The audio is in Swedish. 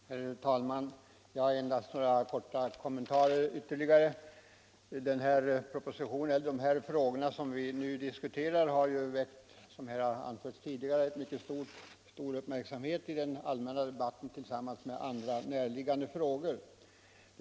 Herr talman! Jag skall bara göra några korta kommentarer. Propositionen 178 och de frågor som vi nu diskuterar har som här tidigare anförts väckt mycket stor uppmärksamhet i den allmänna debatten.